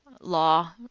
law